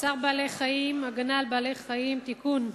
צער בעלי-חיים (הגנה על בעלי-חיים) (תיקון,